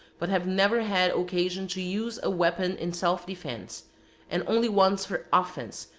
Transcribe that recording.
but have never had occasion to use a weapon in self-defense and only once for offense,